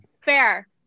Fair